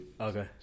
Okay